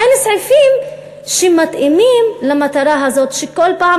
אין סעיפים שמתאימים למטרה הזו שכל פעם